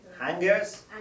hangers